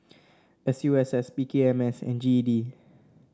S U S S P K M S and G E D